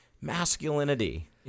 masculinity